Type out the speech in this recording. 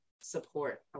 support